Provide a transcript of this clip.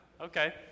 Okay